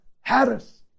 Harris